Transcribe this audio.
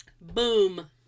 Boom